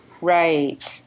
Right